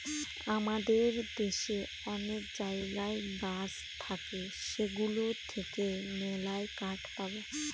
আমাদের দেশে অনেক জায়গায় গাছ থাকে সেগুলো থেকে মেললাই কাঠ পাবো